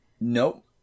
Nope